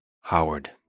Howard